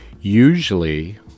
Usually